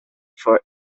for